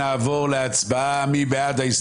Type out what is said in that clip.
נצביע על הסתייגות 241. מי בעד?